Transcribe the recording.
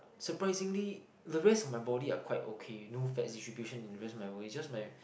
surprisingly the rest of my body are quite okay you know fats distribution in rest of my body is just my